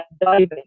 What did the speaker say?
diving